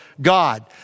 God